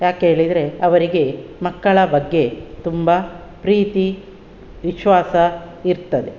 ಯಾಕೆ ಹೇಳಿದರೆ ಅವರಿಗೆ ಮಕ್ಕಳ ಬಗ್ಗೆ ತುಂಬ ಪ್ರೀತಿ ವಿಶ್ವಾಸ ಇರ್ತದೆ